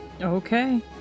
Okay